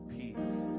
peace